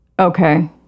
Okay